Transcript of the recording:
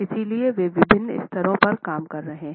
इसलिए वे विभिन्न स्तरों पर काम कर रहे हैं